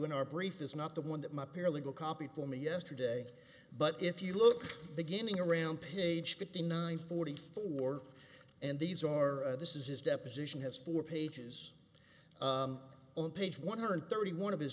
in our brief is not the one that my paralegal copy for me yesterday but if you look beginning around page fifty nine forty four and these are this is his deposition has four pages on page one hundred thirty one of his